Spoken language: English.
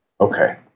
Okay